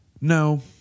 no